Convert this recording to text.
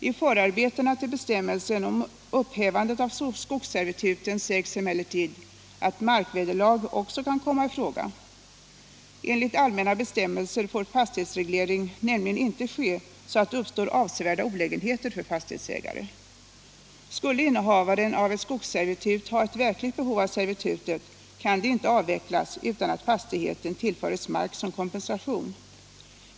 I förarbetena till bestämmelsen om upphävande av skogsservituten sägs emellertid att markvederlag också kan komma i fråga. Enligt allmänna bestämmelser får fastighetsreglering nämligen inte ske så att det uppstår avsevärda olägenheter för fastighetsägare. Skulle innehavaren av ett skogsservitut ha ett verkligt behov av servitutet, kan det inte avvecklas utan att fastigheten tillförs mark som kompensation.